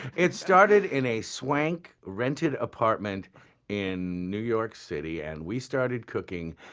it started in a swanky, rented apartment in new york city and we started cooking.